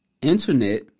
internet